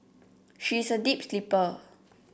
she is a deep sleeper